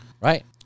Right